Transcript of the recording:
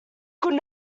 could